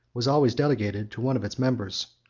was always delegated to one of its members.